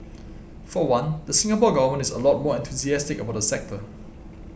for one the Singapore Government is a lot more enthusiastic about the sector